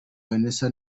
vanessa